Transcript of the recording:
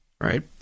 right